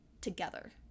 together